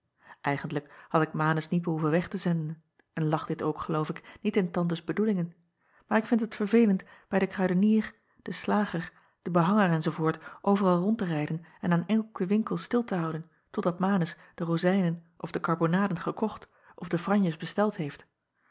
igentlijk had ik anus niet behoeven weg te zenden en lag dit ook geloof ik niet in antes bedoelingen maar ik vind het verveelend bij den kruidenier den slager den behanger enz overal rond te rijden en aan elken winkel stil te houden totdat anus de rozijnen of de karbonaden gekocht of de franjes besteld heeft